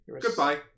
Goodbye